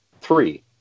Three